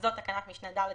בתקנת משנה (ז)